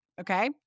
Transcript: okay